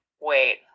wait